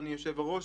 אדוני יושב-הראש.